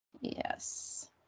Yes